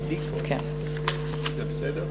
עדי קול.